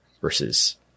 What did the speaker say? versus